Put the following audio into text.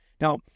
Now